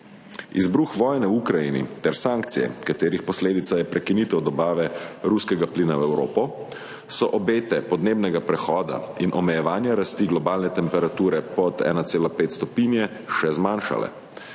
celoti. Izbruh vojne v Ukrajini ter sankcije, katerih posledica je prekinitev dobave ruskega plina v Evropo, so obete podnebnega prehoda in omejevanja rasti globalne temperature pod 1,5 stopinje še zmanjšale.